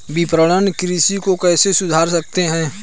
विपणन कृषि को कैसे सुधार सकते हैं?